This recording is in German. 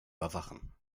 überwachen